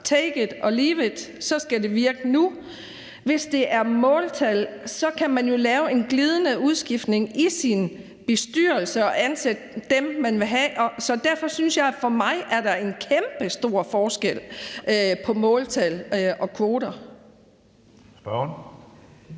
take it or leave it, og så skal det virke nu. Hvis det er måltal, kan man jo lave en glidende udskiftning i sin bestyrelse og ansætte dem, man vil have. Så derfor er der for mig en kæmpestor forskel på måltal og kvoter.